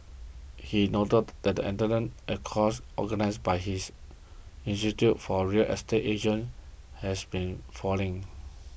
he noted that attendance at courses organised by his institute for real estate agents has been falling